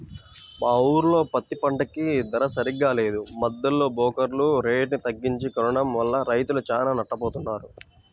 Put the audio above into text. మా ఊర్లో పత్తి పంటకి ధర సరిగ్గా లేదు, మద్దెలో బోకర్లే రేటుని తగ్గించి కొనడం వల్ల రైతులు చానా నట్టపోతన్నారు